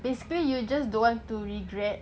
basically you just don't want to regret